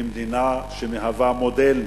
כמדינה שמהווה מודל,